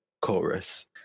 chorus